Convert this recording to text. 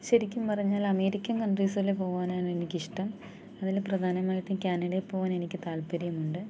ശരിക്കും പറഞ്ഞാൽ അമേരിക്കൻ കണ്ട്രീസിൽ പോവാനാണ് എനിക്ക് ഇഷ്ടം അതിൽ പ്രധാനമായിട്ടും ക്യാനഡയി പോകാൻ എനിക്ക് താൽപ്പര്യമുണ്ട്